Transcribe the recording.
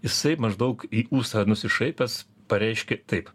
jisai maždaug į ūsą nusišaipęs pareiškė taip